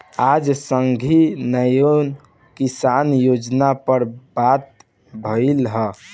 आज संघीय न्याय किसान योजना पर बात भईल ह